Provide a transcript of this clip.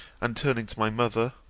and turning to my mother,